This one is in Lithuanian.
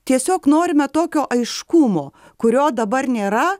tiesiog norime tokio aiškumo kurio dabar nėra